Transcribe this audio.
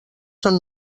són